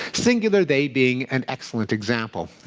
singular they being an excellent example.